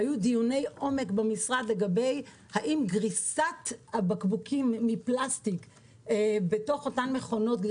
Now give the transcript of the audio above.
והיו דיוני עומק במשרד על גריסת הבקבוקים מפלסטיק במכונות כדי